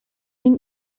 این